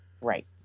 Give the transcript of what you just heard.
Right